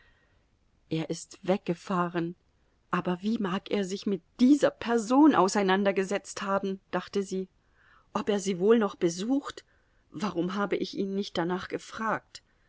er ist weggefahren aber wie mag er sich mit dieser person auseinandergesetzt haben dachte sie ob er sie wohl noch besucht warum habe ich ihn nicht danach gefragt